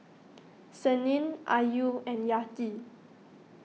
Senin Ayu and Yati